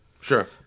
Sure